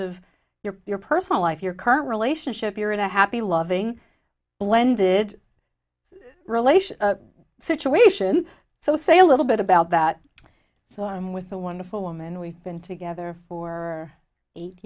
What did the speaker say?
of your your personal life your current relationship you're in a happy loving blended relation situation so say a little bit about that so i'm with a wonderful woman we've been together for eight